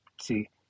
See